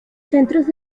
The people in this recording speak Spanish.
centros